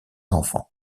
enfants